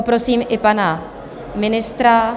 Poprosím i pana ministra.